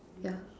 yeah